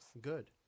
Good